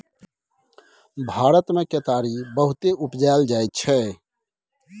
भारत मे केतारी बहुते उपजाएल जाइ छै